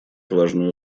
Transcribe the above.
важную